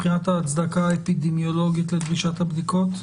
מבחינת ההצדקה האפידמיולוגית לדרישת הבדיקות.